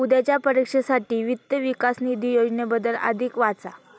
उद्याच्या परीक्षेसाठी वित्त विकास निधी योजनेबद्दल अधिक वाचा